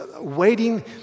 waiting